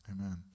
Amen